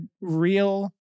real